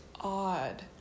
odd